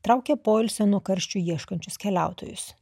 traukia poilsio nuo karščio ieškančius keliautojus